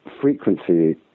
frequency